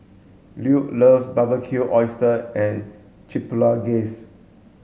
Lue loves Barbecued Oysters and Chipotle Glaze